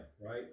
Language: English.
right